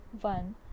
one